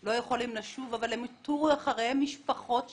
לא יוכלו לשוב אבל הם הותירו אחריהם משפחות שלימות,